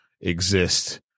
exist